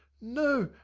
no,